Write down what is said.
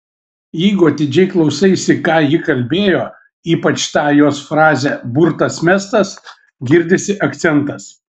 jeigu atidžiai klausaisi ką ji kalbėjo ypač tą jos frazę burtas mestas girdisi akcentas